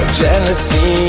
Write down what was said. jealousy